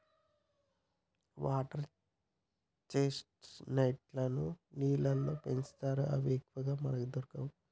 water chestnuts లను నీళ్లల్లో పెంచుతారు అవి ఎక్కువగా మనకు దొరకవు